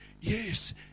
Yes